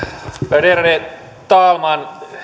värderade talman